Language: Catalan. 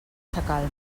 sacalm